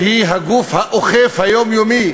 שהיא הגוף האוכף היומיומי